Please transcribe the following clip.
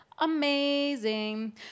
amazing